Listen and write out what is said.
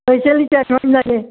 वैशालीची आठवण झाली आहे